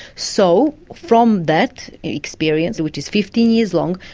so, from that experience, which is fifteen years' long,